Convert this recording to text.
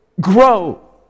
grow